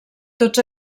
tots